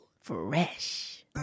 fresh